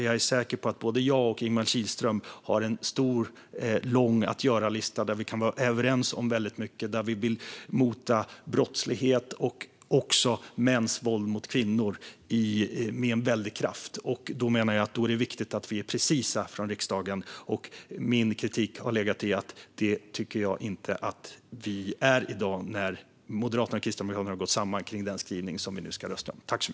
Jag är säker på att både jag och Ingemar Kihlström har en lång att göra-lista där vi kan vara överens om mycket och där vi med väldig kraft vill mota brottslighet och mäns våld mot kvinnor. Då menar jag att det är viktigt att vi är precisa från riksdagen. Min kritik har legat i att jag inte tycker att vi är det i dag när Moderaterna och Kristdemokraterna har gått samman kring den skrivning som vi nu ska rösta om.